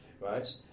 right